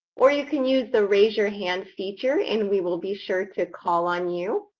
or you can use the raise your hand feature, and we will be sure to call on you.